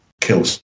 kills